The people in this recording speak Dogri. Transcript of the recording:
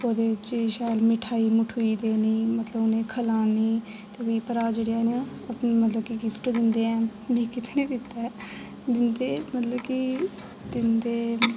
ओह्दे च एह् शैल मिठाई मठोई देनी मतलब उ'नें ई खलानी ते फिर भ्राऽ जेह्डे़ हैन ओह् मतलब कि गिफ्ट दिंदे हैन मिगी ते निं दित्ता ऐ दिंदे एह् मतलब की दिंदे न